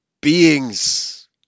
beings